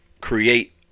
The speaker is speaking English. create